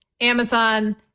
Amazon